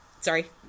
Sorry